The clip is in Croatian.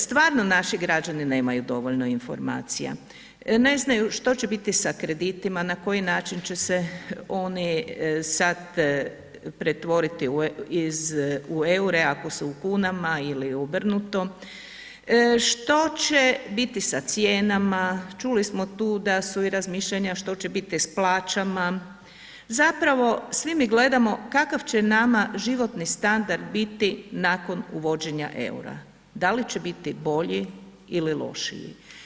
Stvarno naši građani nemaju dovoljno informacija, ne znaju što će biti sa kreditima, na koji način će se oni sad pretvoriti u eure ako su u kunama ili obrnuto, što će biti sa cijenama, čuli smo tu da su i razmišljanja što će biti s plaćama, zapravo svi mi gledamo kakav će nama životni standard biti nakon uvođenja eura, da li će biti bolji ili lošiji.